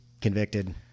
convicted